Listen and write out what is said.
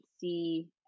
see